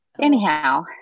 anyhow